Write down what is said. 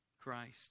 Christ